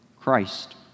Christ